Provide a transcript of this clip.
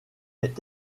est